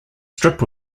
strip